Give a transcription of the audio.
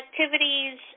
activities